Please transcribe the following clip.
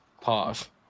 Pause